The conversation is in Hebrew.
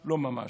לא ממש".